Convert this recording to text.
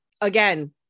again